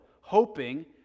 hoping